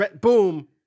Boom